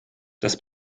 das